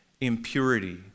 impurity